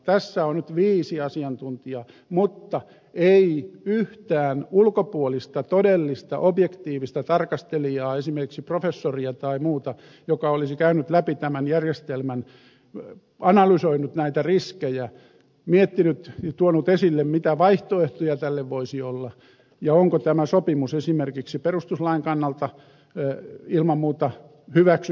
tässä on nyt viisi asiantuntijaa mutta ei yhtään ulkopuolista todellista objektiivista tarkastelijaa esimerkiksi professoria tai muuta joka olisi käynyt läpi tämän järjestelmän analysoinut näitä riskejä miettinyt tuonut esille mitä vaihtoehtoja tälle voisi olla ja onko tämä sopimus esimerkiksi perustuslain kannalta ilman muuta hyväksyttävissä